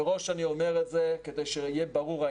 ומראש אני אומר את זה כדי שיהיה ברור.